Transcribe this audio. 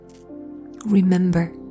remember